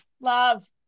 Love